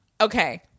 Okay